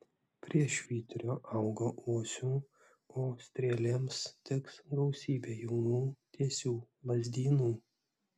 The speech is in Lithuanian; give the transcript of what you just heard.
prie švyturio augo uosių o strėlėms tiks gausybė jaunų tiesių lazdynų